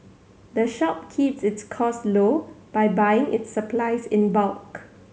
the shop keeps its costs low by buying its supplies in bulk